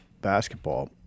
basketball